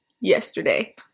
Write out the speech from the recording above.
yesterday